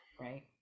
right